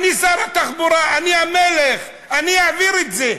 אני שר התחבורה, אני המלך, אני אעביר את זה.